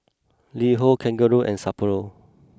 LiHo Kangaroo and Sapporo